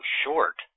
short